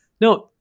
Now